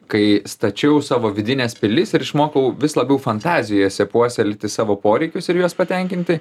kai stačiau savo vidines pilis ir išmokau vis labiau fantazijose puoselėti savo poreikius ir juos patenkinti